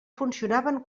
funcionaven